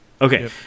Okay